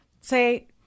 say